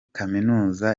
kaminuza